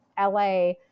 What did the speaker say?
LA